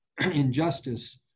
injustice